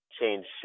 change